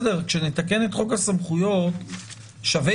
כשנתקן את חוק הסמכויות, שווה